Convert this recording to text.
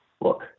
look